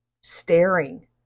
staring